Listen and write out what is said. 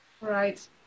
Right